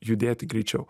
judėti greičiau